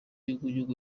y’igihugu